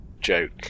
joke